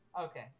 Okay